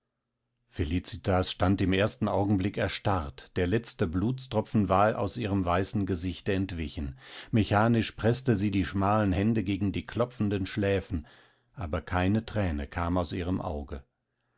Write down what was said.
felicitas stand im ersten augenblick erstarrt der letzte blutstropfen war aus ihrem weißen gesichte entwichen mechanisch preßte sie die schmalen hände gegen die klopfenden schläfen aber keine thräne kam aus ihrem auge